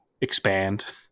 expand